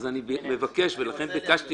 ולכן ביקשתי